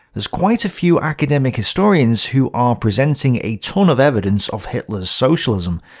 there's quite a few academic historians who are presenting a ton of evidence of hitler's socialism,